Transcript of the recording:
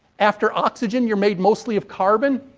after oxygen, you're made mostly of carbon.